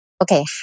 okay